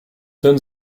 done